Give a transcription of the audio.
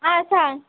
आं सांग